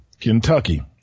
Kentucky